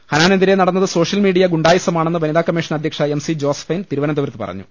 ഹനാനെതിരെ നടന്നത് social media ഗുണ്ടായിസമാണെന്ന് വനിതാ കമ്മീഷൻ അധ്യക്ഷ എം സി ജോസഫൈൻ തിരുവനന്തപുരത്ത് പറഞ്ഞു